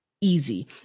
easy